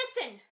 Listen